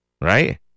Right